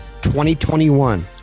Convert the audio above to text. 2021